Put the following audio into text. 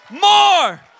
More